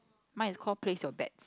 my is called place your bet